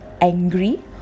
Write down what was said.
angry